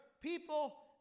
people